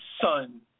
son